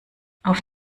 auf